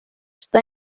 està